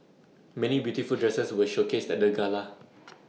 many beautiful dresses were showcased at the gala